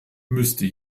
müsste